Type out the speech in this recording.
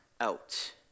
out